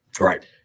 right